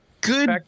Good